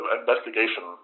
investigation